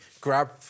grab